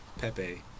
Pepe